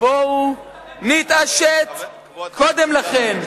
בואו נתעשת קודם לכן.